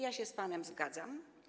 Ja się z panem zgadzam.